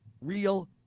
real